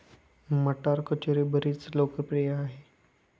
मटार कचोरी बरीच लोकप्रिय आहे